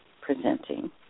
presenting